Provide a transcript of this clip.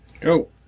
Go